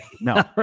No